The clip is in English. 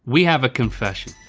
we have a confession.